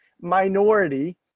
minority